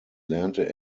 lernte